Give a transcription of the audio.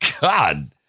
God